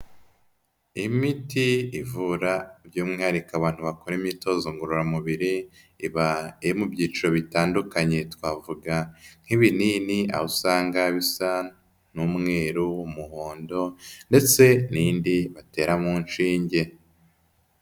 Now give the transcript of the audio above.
Imiti ivura by'umwihariko abantu bakora imyitozo ngororamubiri, iba iri mu byiciro bitandukanye. Twavuga nk'ibinini, aho usanga bisa n'umweru, umuhondo ndetse n'indi batera mu nshinge.